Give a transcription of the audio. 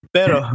pero